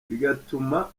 bigatuma